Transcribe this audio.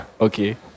Okay